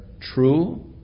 true